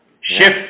Shift